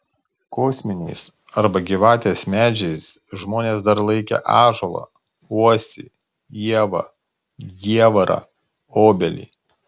kosminiais arba gyvybės medžiais žmonės dar laikę ąžuolą uosį ievą jievarą obelį